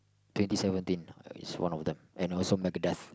twenty seventeen is one of them and also Megadeth